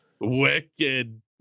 wicked